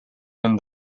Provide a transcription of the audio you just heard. and